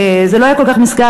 זה לא היה כל כך מזמן.